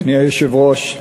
אדוני היושב-ראש,